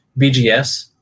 BGS